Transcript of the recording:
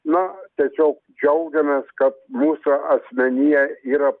nu tačiau džiaugiamės kad mūsų asmenyje yra